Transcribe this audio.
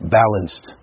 balanced